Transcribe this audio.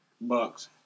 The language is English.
Bucks